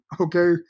Okay